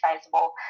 sizable